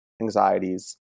anxieties